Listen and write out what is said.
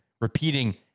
repeating